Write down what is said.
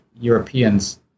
Europeans